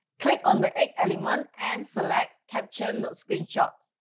click on the egg element and select capture node screenshot.